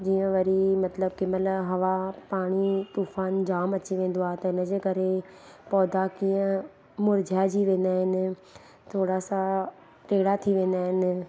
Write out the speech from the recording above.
जीअं वरी मतिलबु कंहिं महिल हवा पाणी तूफ़ान जाम अची वेंदो आहे त हिनजे करे पौधा कीअं मुरझाईजी वेंदा आहिनि थोरा सा टेड़ा थी वेंदा आहिनि